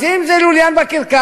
אז אם זה לוליין בקרקס,